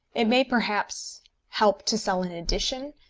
it may perhaps help to sell an edition,